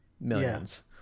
millions